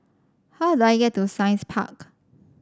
how do I get to Science Park